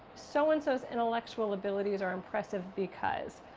so-and-so's intellectual abilities are impressive because.